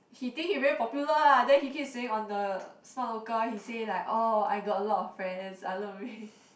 he think he very popular ah then he keep saying on the Smart Local he say like oh I got a lot of friends I love